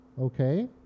okay